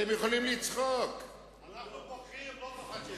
אנחנו בוכים, לא צוחקים.